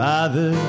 Father